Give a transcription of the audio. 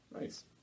Nice